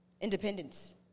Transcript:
independence